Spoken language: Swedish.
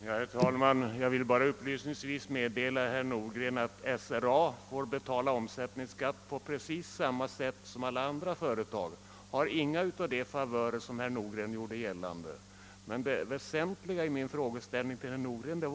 Herr talman! Jag vill bara upplysningsvis meddela herr Nordgren att SRA får betala omsättningsskatt på precis samma sätt som alla andra företag. SBA har inga av de favörer som herr Nordgren gjorde gällande att det har. Det väsentliga i min fråga till herr Nordgren gällde emellertid inte detta.